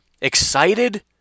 excited